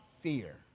fear